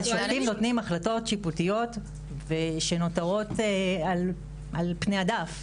השופטים נותנים החלטות שיפוטיות שנותרות על פני הדף וממתינים.